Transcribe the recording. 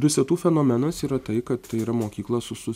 dusetų fenomenas yra tai kad tai yra mokykla su su